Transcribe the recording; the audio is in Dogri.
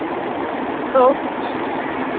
लो